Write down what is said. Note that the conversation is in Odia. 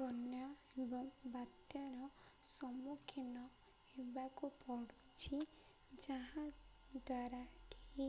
ବନ୍ୟା ଏବଂ ବାତ୍ୟାର ସମ୍ମୁଖୀନ ହେବାକୁ ପଡ଼ୁଛି ଯାହାଦ୍ୱାରା କିି